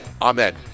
Amen